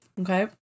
Okay